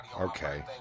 okay